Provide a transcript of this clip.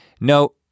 no